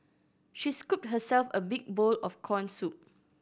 she scooped herself a big bowl of corn soup